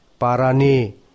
parani